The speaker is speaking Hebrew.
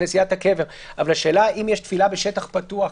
כנסיית הקבר אבל אם יש תפילה בשטח פתוח,